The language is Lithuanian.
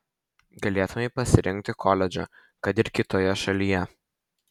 galėtumei pasirinkti koledžą kad ir kitoje šalyje